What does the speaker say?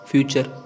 Future